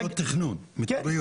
ועדות תכנון מתאריות.